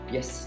Yes